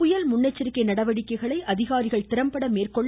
புயல் முன்னெச்சரிக்கை நடவடிக்கைகளை அதிகாரிகள் திறம்பட மேற்கொள்ள